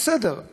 בסדר,